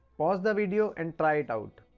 pause the video and try it out.